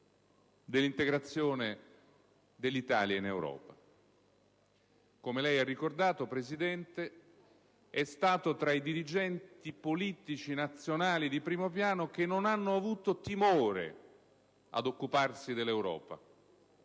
dell'integrazione dell'Italia in Europa. Come lei ha ricordato, signor Presidente, è stato tra i dirigenti politici nazionali di primo piano che non hanno avuto timore ad occuparsi dell'Europa,